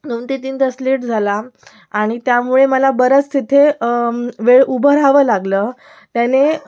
दोन ते तीन तास लेट झाला आणि त्यामुळे मला बराच तिथे वेळ उभं राहावं लागलं त्याने